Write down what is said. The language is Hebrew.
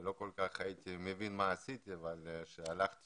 לא כל כך הבנתי מה עשיתי, אבל כשהלכתי